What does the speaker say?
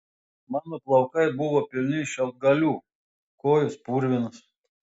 mano plaukai buvo pilni šiaudgalių kojos purvinos